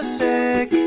sick